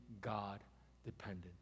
God-dependent